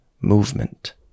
movement